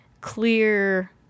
Clear